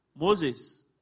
Moses